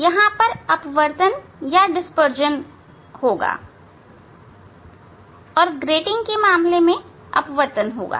अब यहां अपवर्तन या डिस्पर्शन आदि होगा और ग्रेटिंग के मामले में अपवर्तन होगा